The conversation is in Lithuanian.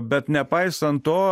bet nepaisant to